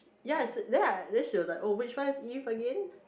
ya so ya then she was like oh which one is Eve again